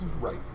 Right